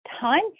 time